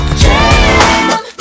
jam